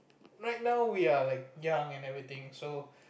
right now we are like young and everything so